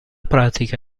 pratica